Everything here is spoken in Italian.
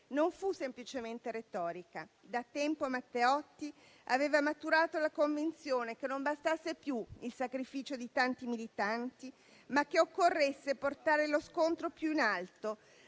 non fu semplicemente retorica: da tempo Matteotti aveva maturato la convinzione che non bastasse più il sacrificio di tanti militanti, ma che occorresse portare lo scontro più in alto,